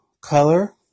color